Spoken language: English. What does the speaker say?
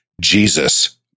Jesus